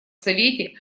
совете